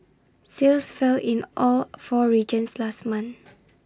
sales fell in all four regions last month